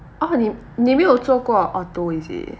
oh 你你没有坐过 auto is it